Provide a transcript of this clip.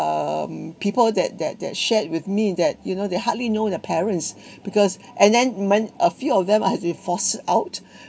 um people that that that shared with me that you know they hardly know their parents because and then meant a few of them are been forced out